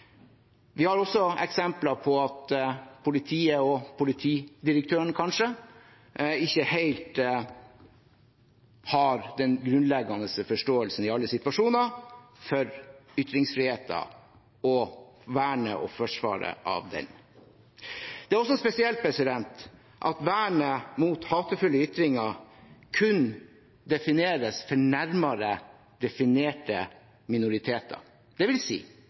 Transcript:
Vi har også eksempler på at politiet – og kanskje politidirektøren – ikke helt har den grunnleggende forståelsen i alle situasjoner for ytringsfriheten og vernet og forsvaret av den. Det er også spesielt at vernet mot hatefulle ytringer kun defineres for nærmere definerte minoriteter.